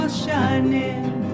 shining